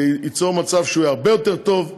ייצור מצב שהוא יהיה הרבה יותר טוב,